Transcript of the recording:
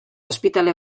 ospitale